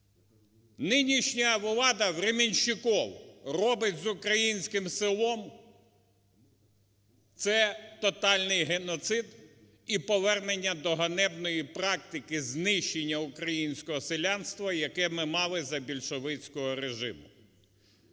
нинішня влада временщиков робить з українським селом – це тотальний геноцид і повернення до ганебної практики знищення українського селянства, яке мали за більшовицького режиму.